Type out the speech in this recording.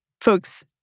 folks